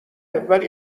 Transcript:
ولی